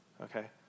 okay